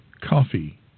coffee